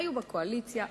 היו בקואליציה,